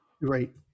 Right